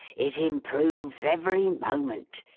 it improves every moment.